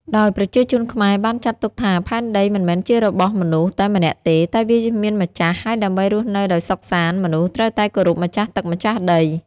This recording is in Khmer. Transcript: ដោយប្រជាជនខ្មែរបានចាត់ទុកថា ផែនដីមិនមែនជារបស់មនុស្សតែម្នាក់ទេ តែវាមានម្ចាស់ ហើយដើម្បីរស់នៅដោយសុខសាន្ត មនុស្សត្រូវតែគោរពម្ចាស់ទឹកម្ចាស់ដី។